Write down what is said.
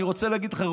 אני רוצה להגיד לך,